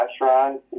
restaurant